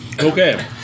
Okay